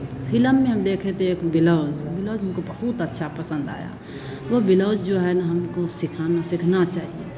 film में हम देखे थे एक बेलौज बिलौज हमको बहुत अच्छा पसंद आया वो बिलौज जो है ना हमको सिखाना सीखना चाहिए